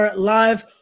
live